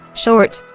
short,